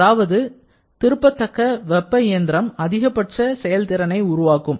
அதாவது திருத்தக்க வெப்ப இயந்திரம் அதிகபட்ச செயல்திறனை உருவாக்கும்